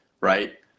right